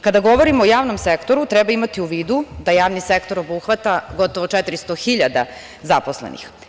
Kada govorimo o javnom sektoru, treba imati u vidu da javni sektor obuhvata gotovo 400.000 zaposlenih.